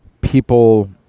people